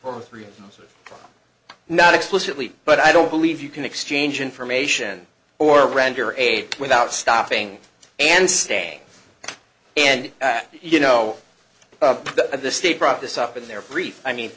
if not explicitly but i don't believe you can exchange information or render aid without stopping and staying and you know that the state brought this up in their brief i mean